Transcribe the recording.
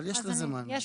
אבל יש לזה מענה.